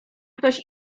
ktoś